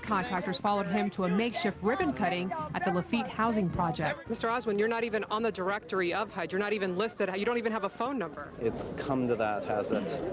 contractors followed him to a makeshift ribbon-cutting at the lafitte housing project. mr. oswin, you're not even on the directory of hud. you're not even listed. you don't even have a phone number. it's come to that, has it?